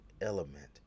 element